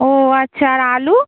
ও আচ্ছা আর আলু